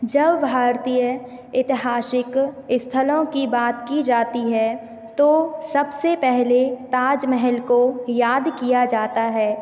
जब भारतीय ऐतिहासिक स्थलों की बात की जाती है तो सबसे पहले ताज महल को याद किया जाता है